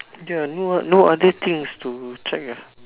ya no ah no other thing to check ah